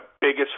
biggest